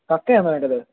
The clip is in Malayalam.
കക്കയാണോ വേണ്ടത്